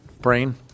brain